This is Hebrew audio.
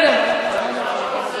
אתה צודק.